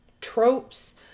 tropes